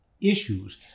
issues